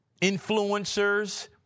influencers